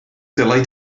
dylai